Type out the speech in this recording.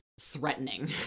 threatening